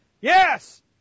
Yes